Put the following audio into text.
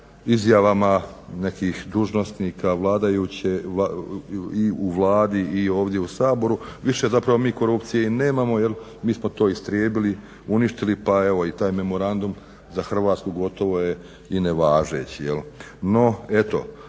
izjavama nekih dužnosnika i u Vladi i ovdje u Saboru više zapravo mi korupcije nemamo jer mi smo to istrijebili, uništili pa evo i taj memorandum za Hrvatsku gotovo je i nevažeći.